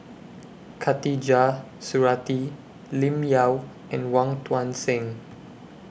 Khatijah Surattee Lim Yau and Wong Tuang Seng